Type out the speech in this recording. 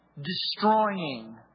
destroying